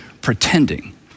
pretending